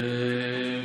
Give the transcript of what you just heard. לוועדת כספים.